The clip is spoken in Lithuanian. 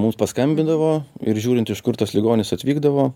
mums paskambindavo ir žiūrint iš kur tas ligonis atvykdavo